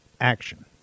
action